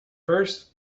first